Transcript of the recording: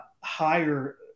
higher